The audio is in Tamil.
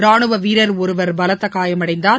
ராணுவவீரர் ஒருவர் பலத்தகாயமடைந்தார்